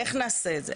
איך נעשה את זה?